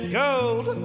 gold